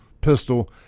pistol